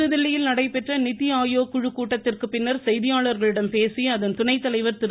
புதுதில்லியில் நடைபெற்ற நிதிஆயோக் குழு கூட்டத்திற்குப்பின்னர் செய்தியாளர்களிடம் பேசிய அதன் துணை தலைவர் திரு